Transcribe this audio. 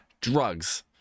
drugs